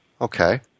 Okay